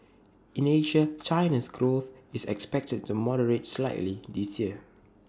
in Asia China's growth is expected to moderate slightly this year